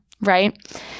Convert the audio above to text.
Right